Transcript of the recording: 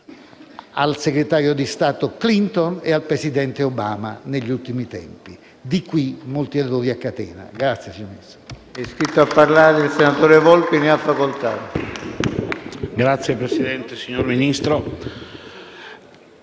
al segretario di Stato Clinton e al presidente Obama negli ultimi tempi. Di qui molti errori a catena. *(Applausi dal Gruppo